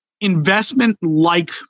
investment-like